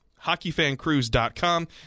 HockeyFanCruise.com